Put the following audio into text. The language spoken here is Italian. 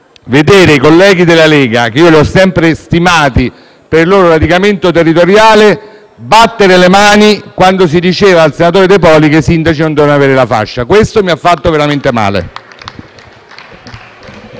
Vedere i colleghi della Lega, che ho sempre stimato per il loro radicamento territoriale, battere le mani quando si diceva al senatore De Poli che i sindaci non dovevano indossare la fascia. Questo mi ha fatto veramente male.